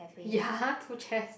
ya two chess